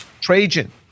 Trajan